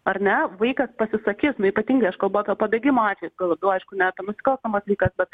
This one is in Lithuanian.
ar ne vaikas pasisakys nu ypatingai aš kalbu apie pabėgimo atvejus tuo labiau aišku ne apie nusikalstamas veikas bet